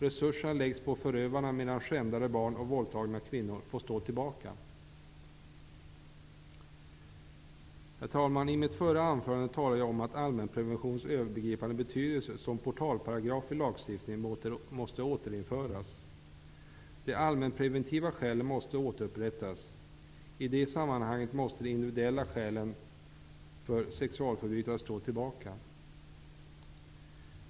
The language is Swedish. Resurserna läggs på förövarna, medan skändade barn och våldtagna kvinnor får stå tillbaka. Herr talman! I mitt anförande i den förra debatten talade jag om att allmänpreventionens övergripande betydelse som portalparagraf i lagstiftningen måste återinföras. De allmänpreventiva skälen måste återupprättas. I det sammanhanget måste de individuella skälen för sexualförbrytare stå tillbaka.